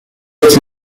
its